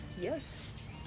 yes